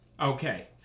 Okay